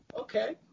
okay